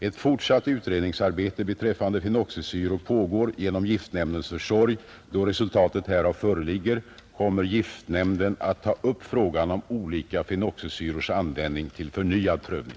Ett fortsatt utredningsarbete beträffande fenoxisyror pågår genom giftnämndens försorg. Då resultatet härav föreligger kommer giftnämnden att ta upp frågan om olika fenoxisyrors användning till förnyad prövning.